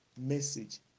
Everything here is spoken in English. message